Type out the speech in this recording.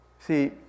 See